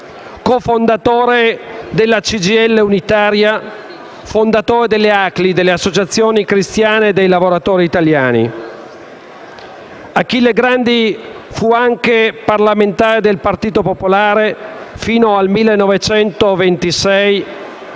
cofondatore della CGIL unitaria, fondatore delle ACLI, le Associazioni cristiane dei lavoratori italiani. Achille Grandi fu anche parlamentare del Partito Popolare Italiano fino al 1926,